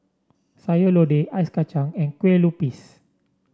Sayur Lodeh Ice Kacang and Kueh Lupis